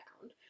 found